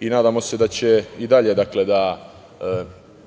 i nadamo se da će i dalje da